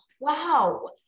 wow